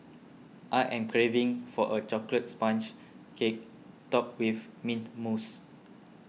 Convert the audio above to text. I am craving for a Chocolate Sponge Cake Topped with Mint Mousse